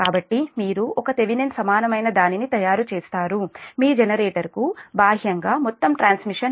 కాబట్టి మీరు ఒక థెవెనిన్ సమానమైన దానిని తయారు చేస్తారు మీ జనరేటర్కు బాహ్యంగా మొత్తం ట్రాన్స్మిషన్ ఉంది